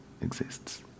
exists